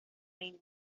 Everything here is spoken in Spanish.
reina